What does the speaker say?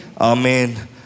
Amen